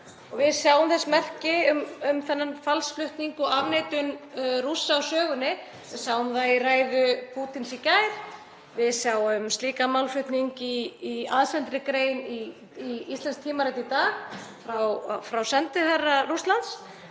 Við sjáum merki um þennan falsflutning og afneitun Rússa á sögunni. Við sáum það í ræðu Pútíns í gær. Við sáum um slíkan málflutning í aðsendri grein í íslenskt tímarit í dag frá sendiherra Rússlands.